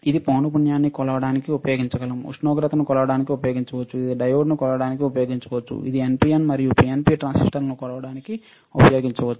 ఇది పౌనపుణ్యంని కొలవడానికి ఉపయోగించగలo ఉష్ణోగ్రతను కొలవడానికి ఉపయోగించవచ్చు ఇది డయోడ్ను కొలవడానికి ఉపయోగించవచ్చు ఇది NPN మరియు PNP ట్రాన్సిస్టర్లను కొలవడానికి ఉపయోగించవచ్చు